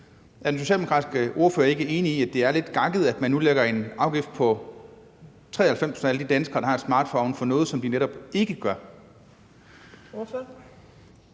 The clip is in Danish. Er den socialdemokratiske ordfører ikke enig i, at det er lidt gakket, at man nu pålægger 93 pct. af alle danskere, der har en smartphone, en afgift for noget, som de netop ikke gør?